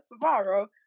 tomorrow